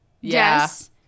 Yes